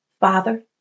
Father